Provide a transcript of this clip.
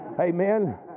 Amen